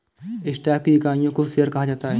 stock की इकाइयों को शेयर कहा जाता है